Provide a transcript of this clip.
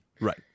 Right